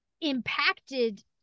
impacted